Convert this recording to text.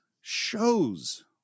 shows